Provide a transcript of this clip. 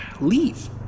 leave